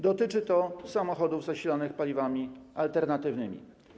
Dotyczy to samochodów zasilanych paliwami alternatywnymi.